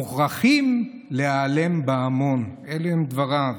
"מוכרחים להיעלם בהמון" אלה הם דבריו.